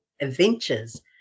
adventures